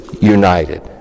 united